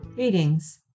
Greetings